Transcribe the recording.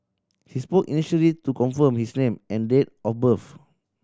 he spoke initially to confirm his name and date of birth